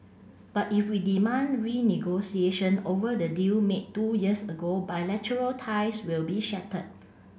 but if we demand renegotiation over the deal made two years ago bilateral ties will be shattered